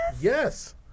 Yes